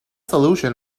solution